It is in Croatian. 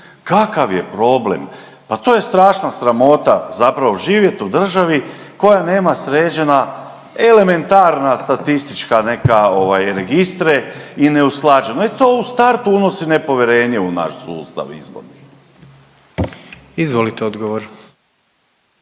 kakav je problem, pa to je strašna sramota zapravo živjet u državi koja nema sređena elementarna statistička neka ovaj registre i neusklađeno i to u startu unosi nepovjerenje u naš sustav izborni. **Jandroković,